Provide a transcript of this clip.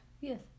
Yes